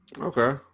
Okay